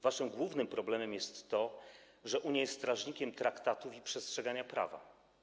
Waszym głównym problemem jest to, że Unia jest strażnikiem traktatów i przestrzegania prawa.